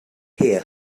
hear